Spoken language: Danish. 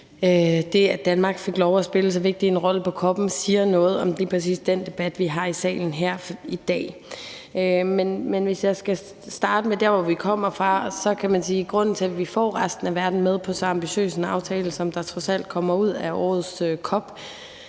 det, at Danmark fik lov at spille så vigtig en rolle på COP'en, siger noget om lige præcis den debat, vi har i salen her i dag. Men hvis jeg skal starte med der, hvor vi kommer fra, kan man sige, at grunden til, at vi får resten af verden med på så ambitiøs en aftale, som der trods alt kommer ud af årets COP,